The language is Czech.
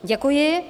Děkuji.